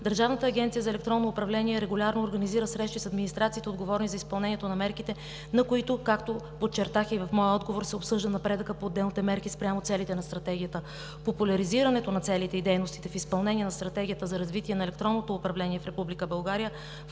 Държавната агенция „Електронно управление“ регулярно организира срещи с администрацията, отговорни за изпълнението на мерките, на които – както подчертах и в моя отговор – се обсъжда напредъкът по отделните мерки спрямо целите на Стратегията. Популяризирането на целите и дейностите в изпълнение на Стратегията за развитие на електронното управление в